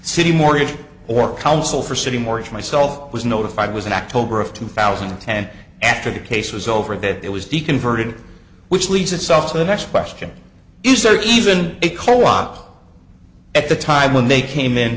citi mortgage or council for citi mortgage myself was notified was an act of two thousand and ten after the case was over that it was de converted which leads itself to the next question is there even a co op at the time when they came in